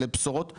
אלה בשורות טובות,